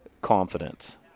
confidence